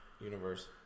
universe